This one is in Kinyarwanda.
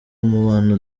umubano